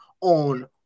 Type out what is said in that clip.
on